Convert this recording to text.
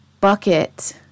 bucket